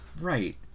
right